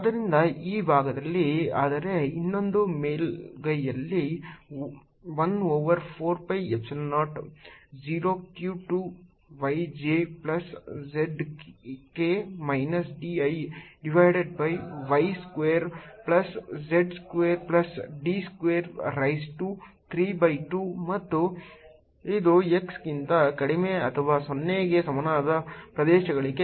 ಆದ್ದರಿಂದ ಈ ಭಾಗದಲ್ಲಿ ಆದರೆ ಇನ್ನೂ ಮೇಲ್ಮೈಯಲ್ಲಿ 1 over 4 pi epsilon 0 q 2 yj plus zk minus di divided by y square plus z square plus d square raise to 3 by 2 ಮತ್ತು ಇದು x ಗಿಂತ ಕಡಿಮೆ ಅಥವಾ 0 ಗೆ ಸಮನಾದ ಪ್ರದೇಶಗಳಿಗೆ ಮಾನ್ಯವಾಗಿರುವ ಕ್ಷೇತ್ರವಾಗಿದೆ